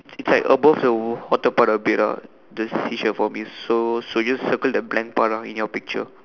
it's like above the water part a bit ah the seashell for me so so just the circle the blank part ah in your picture